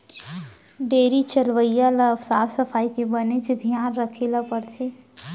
dairy चलवइया ल साफ सफई के बनेच धियान राखे ल परथे